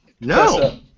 No